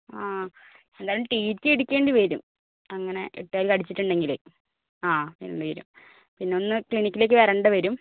ആ എന്തായാലും T T അടിക്കേണ്ടിവരും അങ്ങനെ എട്ടുകാലി കടിച്ചിട്ടുണ്ടെങ്കിൽ ആ അങ്ങനെ എന്തായാലും പിന്നെ ഒന്ന് ക്ലിനിക്കിലേക്ക് വരേണ്ടിവരും